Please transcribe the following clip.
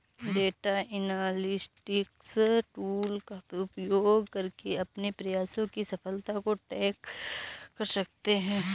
data analytics tool का उपयोग करके अपने प्रयासों की सफलता को ट्रैक कर सकते है